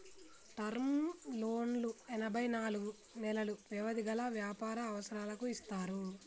term లోన్లు ఎనభై నాలుగు నెలలు వ్యవధి గల వ్యాపార అవసరాలకు ఇస్తారు